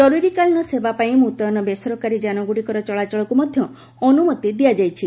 ଜରୁରୀକାଳୀନ ସେବା ପାଇଁ ମୁତୟନ ବେସରକାରୀ ଯାନଗୁଡ଼ିକର ଚଳାଚଳକୁ ମଧ୍ୟ ଅନୁମତି ଦିଆଯାଇଛି